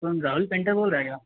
कौन राहुल पेंटर बोल रहे क्या